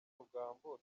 rugambo